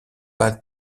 pas